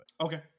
Okay